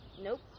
Nope